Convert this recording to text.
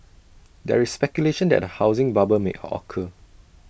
there is speculation that A housing bubble may hall occur